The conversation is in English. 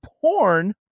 porn